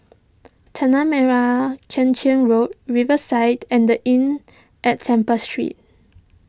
Tanah Merah Kechil Road Riverside and the Inn at Temple Street